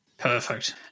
Perfect